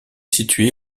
située